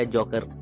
Joker